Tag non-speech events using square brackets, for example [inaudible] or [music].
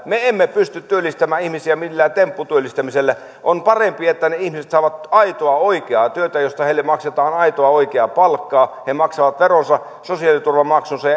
me emme pysty työllistämään ihmisiä millään tempputyöllistämisellä on parempi että ihmiset saavat aitoa oikeaa työtä josta heille maksetaan aitoa oikeaa palkkaa ja maksavat veronsa sosiaaliturvamaksunsa [unintelligible]